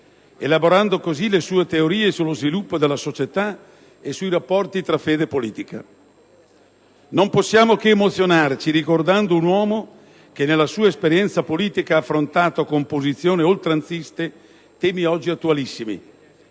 elaborando così le sue teorie sullo sviluppo della società e sui rapporti tra fede e politica. Non possiamo che emozionarci ricordando un uomo che nella sua esperienza politica ha affrontato, con posizioni oltranziste, temi oggi attualissimi.